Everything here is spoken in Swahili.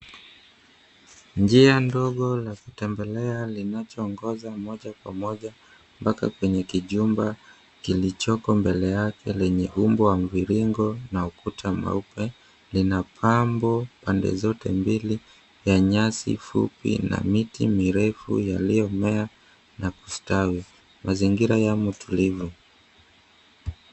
Njia ndogo ya kutembelea inayoongoza moja kwa moja mpaka kwa chumba kilichoko mbele yake chenye umbo la mviringo na ukuta mweupe. Kina pambo pande zote mbili na nyasi fupi na miti mirefu iliyomea na kustawi. Mazingira yana utulivu.